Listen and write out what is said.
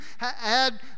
add